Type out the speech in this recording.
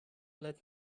let